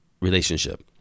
relationship